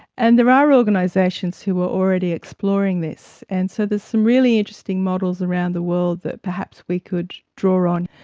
and there are organisations who are already exploring this, and so there's some really interesting models around the world that perhaps we could draw on.